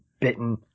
bitten